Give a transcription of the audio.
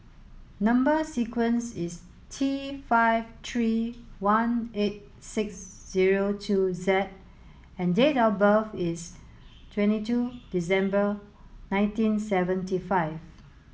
number sequence is T five three one eight six zero two Z and date of birth is twenty two December nineteen seventy five